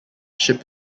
ship